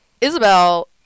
Isabel